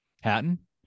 Hatton